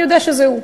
יודע שזה הוא.